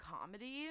comedy